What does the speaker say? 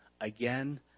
again